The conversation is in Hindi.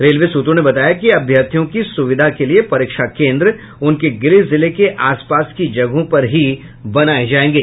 रेलवे सूत्रों ने बताया कि अभ्यर्थियों की सुविधा के लिये परीक्षा केंद्र उनके गृह जिले के आसपास की जगहों पर ही बनाये जायेंगे